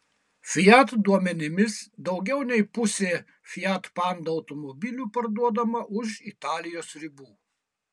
fiat duomenimis daugiau nei pusė fiat panda automobilių parduodama už italijos ribų